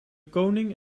koning